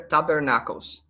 Tabernacles